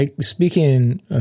Speaking